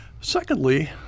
Secondly